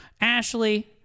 ashley